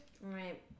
Right